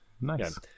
nice